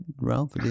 Ralph